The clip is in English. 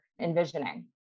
envisioning